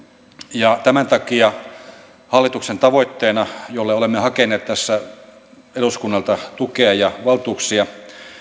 ja tämän takia hallituksen tavoitteena jolle olemme hakeneet tässä eduskunnalta tukea ja valtuuksia